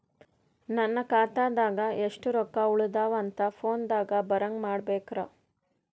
ನನ್ನ ಖಾತಾದಾಗ ಎಷ್ಟ ರೊಕ್ಕ ಉಳದಾವ ಅಂತ ಫೋನ ದಾಗ ಬರಂಗ ಮಾಡ ಬೇಕ್ರಾ?